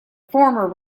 former